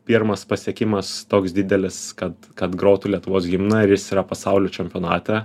pirmas pasiekimas toks didelis kad kad grotų lietuvos himną ir jis yra pasaulio čempionate